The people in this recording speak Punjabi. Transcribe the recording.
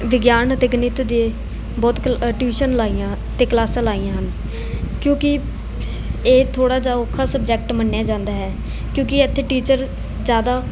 ਵਿਗਿਆਨ ਅਤੇ ਗਣਿਤ ਦੇ ਬਹੁਤ ਕਲ ਟਿਊਸ਼ਨ ਲਾਈਆਂ ਅਤੇ ਕਲਾਸਾਂ ਲਾਈਆਂ ਹਨ ਕਿਉਂਕਿ ਇਹ ਥੋੜ੍ਹਾ ਜਿਹਾ ਔਖਾ ਸਬਜੈਕਟ ਮੰਨਿਆ ਜਾਂਦਾ ਹੈ ਕਿਉਂਕਿ ਇੱਥੇ ਟੀਚਰ ਜ਼ਿਆਦਾ